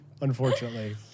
unfortunately